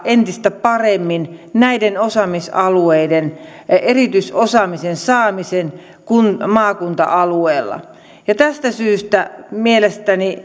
entistä paremmin näiden osaamisalueiden erityisosaamisen saamisen maakunta alueella tästä syystä mielestäni